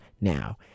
now